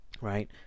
Right